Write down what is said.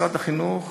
משרד החינוך,